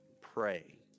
Pray